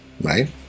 right